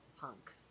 punk